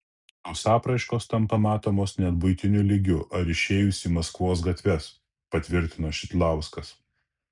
tos apraiškos tampa matomos net buitiniu lygiu ar išėjus į maskvos gatves patvirtina šidlauskas